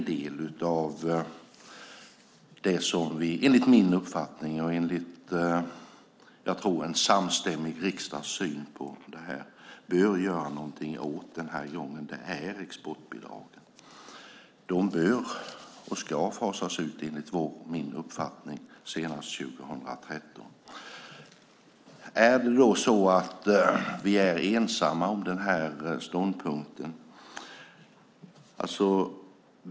Jag tror att en samstämmig riksdag anser att man bör göra något åt exportbidragen. De ska, enligt min uppfattning, fasas ut senast 2013. Är vi då ensamma om den ståndpunkten?